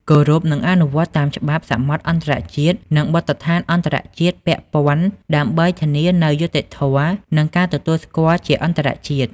គោរព និងអនុវត្តតាមច្បាប់សមុទ្រអន្តរជាតិ និងបទដ្ឋានអន្តរជាតិពាក់ព័ន្ធ ដើម្បីធានានូវយុត្តិធម៌ និងការទទួលស្គាល់ជាអន្តរជាតិ។